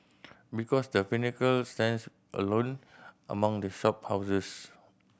because The Pinnacle stands alone among the shop houses